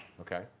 okay